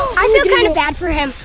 i feel kind of bad for him.